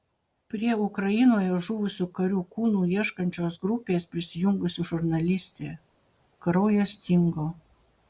prie ukrainoje žuvusių karių kūnų ieškančios grupės prisijungusi žurnalistė kraujas stingo